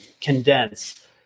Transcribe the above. condense